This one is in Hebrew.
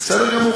בסדר גמור.